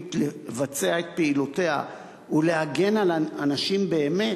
הציבורית לבצע את פעילותה ולהגן על אנשים באמת,